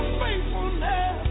faithfulness